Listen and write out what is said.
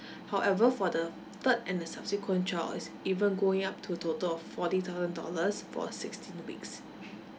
however for the third and the subsequent child it's even going up to a total of forty thousand dollars for sixteen weeks